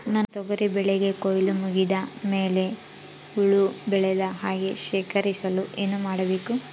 ನನ್ನ ತೊಗರಿ ಬೆಳೆಗೆ ಕೊಯ್ಲು ಮುಗಿದ ಮೇಲೆ ಹುಳು ಬೇಳದ ಹಾಗೆ ಶೇಖರಿಸಲು ಏನು ಮಾಡಬೇಕು?